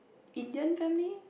Indian family